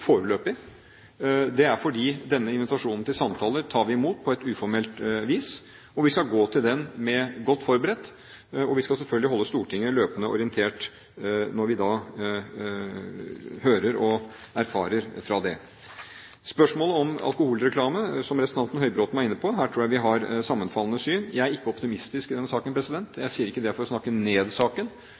denne invitasjonen til samtaler på et uformelt vis. Vi skal gå til det godt forberedt, og vi skal selvfølgelig holde Stortinget løpende orientert når vi erfarer fra det. Når det gjelder spørsmålet om alkoholreklame, som representanten Høybråten inne på, tror jeg vi har sammenfallende syn. Jeg er ikke optimistisk i den saken. Jeg sier ikke det for å snakke ned saken.